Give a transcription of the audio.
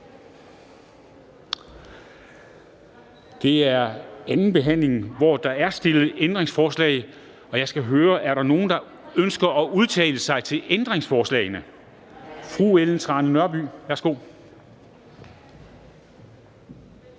Det er andenbehandlingen, hvor der er stillet ændringsforslag, og jeg skal høre: Er der nogen, der ønsker at udtale sig til ændringsforslagene? Fru Ellen Trane Nørby, værsgo.